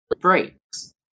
breaks